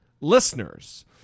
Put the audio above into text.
listeners